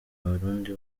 abarundi